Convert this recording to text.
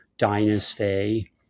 dynasty